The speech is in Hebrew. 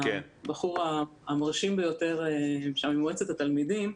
הבחור המרשים ביותר ממועצת התלמידים,